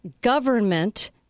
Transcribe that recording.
government